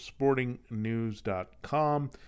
sportingnews.com